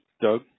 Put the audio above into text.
Doug